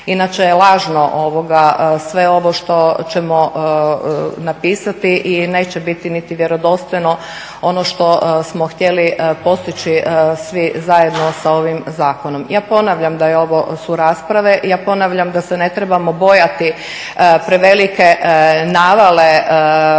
inače je lažno sve ovo što ćemo napisati i neće biti niti vjerodostojno ono što smo htjeli postići svi zajedno sa ovim zakonom. Ja ponavljam da su ovo rasprave, ja ponavljam da se ne trebamo bojati prevelike navale prijava